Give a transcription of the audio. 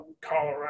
Colorado